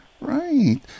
Right